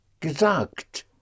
gesagt